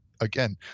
again